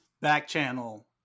back-channel